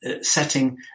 setting